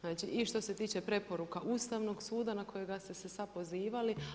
Znači i što se tiče preporuka Ustavnog suda na kojeg ste se sad pozivali.